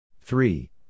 three